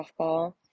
softball